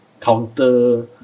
counter